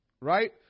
right